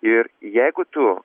ir jeigu tu